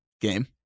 game